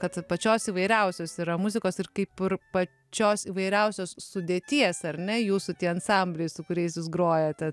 kad pačios įvairiausios yra muzikos ir kaip pačios įvairiausios sudėties ar ne jūsų tie ansambliai su kuriais jūs grojate